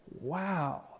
wow